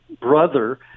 brother